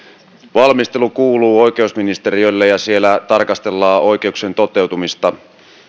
valmistelu kuuluu oikeusministeriölle ja siellä tarkastellaan oikeuksien toteutumista